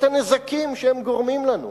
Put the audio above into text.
את הנזקים שהם גורמים לנו.